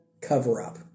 cover-up